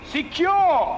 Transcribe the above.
secure